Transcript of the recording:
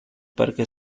parque